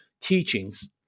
teachings